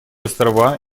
острова